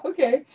Okay